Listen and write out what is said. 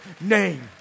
name